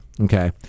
okay